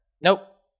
Nope